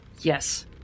Yes